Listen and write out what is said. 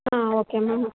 ah okay ma'am